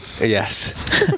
Yes